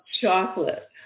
chocolate